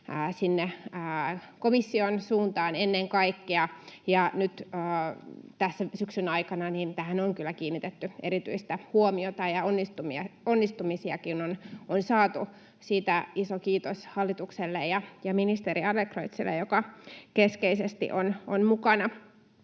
sinne komission suuntaan? Nyt tässä syksyn aikana tähän on kyllä kiinnitetty erityistä huomiota ja onnistumisiakin on saatu, siitä iso kiitos hallitukselle ja ministeri Adlercreutzille, joka keskeisesti on mukana.